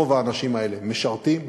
רוב האנשים האלה משרתים,